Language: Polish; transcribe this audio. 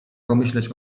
pomyśleć